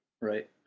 Right